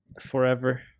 Forever